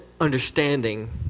understanding